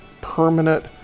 permanent